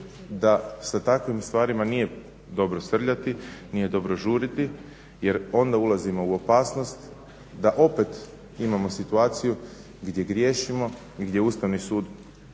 da sa takvim stvarima nije dobro srljati, nije dobro žuriti jer onda ulazimo u opasnost da opet imamo situaciju gdje griješimo, gdje Ustavni sud